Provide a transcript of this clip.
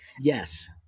Yes